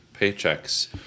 paychecks